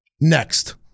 next